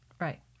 Right